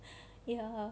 ya